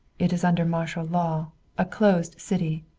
it is under martial law a closed city.